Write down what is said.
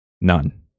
None